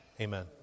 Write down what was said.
Amen